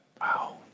Wow